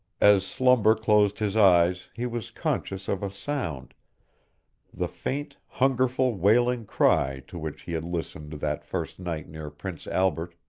as slumber closed his eyes he was conscious of a sound the faint, hungerful, wailing cry to which he had listened that first night near prince albert.